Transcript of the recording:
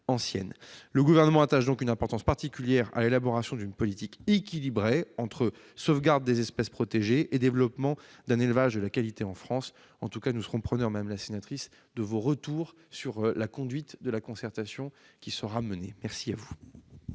ancienne. Le Gouvernement attache donc une importance particulière à l'élaboration d'une politique équilibrée entre sauvegarde des espèces protégées et développement d'un élevage de qualité en France. Nous serons preneurs, madame la sénatrice, de vos retours sur la conduite de la concertation qui sera menée. La parole